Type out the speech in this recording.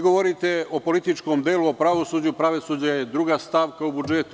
Govorite o političkom delu o pravosuđu, pravosuđe je druga stavka u budžetu.